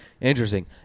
interesting